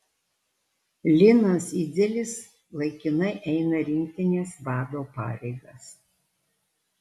linas idzelis laikinai eina rinktinės vado pareigas